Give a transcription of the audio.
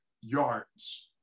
yards